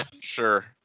Sure